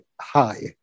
high